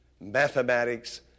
mathematics